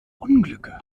unglücke